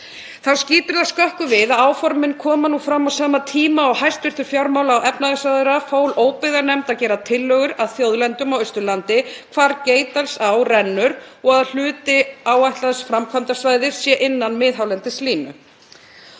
Þá skýtur það skökku við að áformin koma nú fram á sama tíma og hæstv. fjármála- og efnahagsráðherra fól óbyggðanefnd að gera tillögur að þjóðlendum á Austurlandi hvar Geitdalsá rennur og að hluti áætlaðs framkvæmdasvæðis sé innan miðhálendislínu.